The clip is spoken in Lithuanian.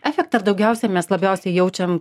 efektą daugiausia mes labiausiai jaučiam